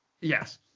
Yes